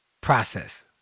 process